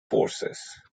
forces